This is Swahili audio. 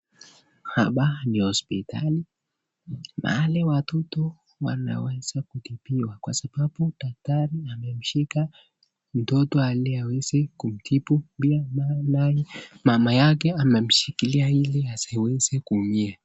Hapa ni hospitali mahali watoto wanaweza kutibiwa kwa sababu daktari amemshika mtoto ili aweze kumtibu pia mama yake anamshikilia ili asiweze kuumia.